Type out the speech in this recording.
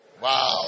Wow